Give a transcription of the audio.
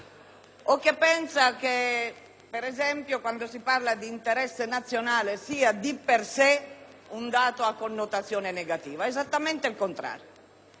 o che pensa, per esempio, che il parlare di interesse nazionale sia di per sé un dato a connotazione negativa; esattamente il contrario.